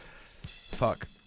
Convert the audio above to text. fuck